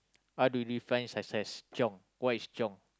how do you define success chiong what is chiong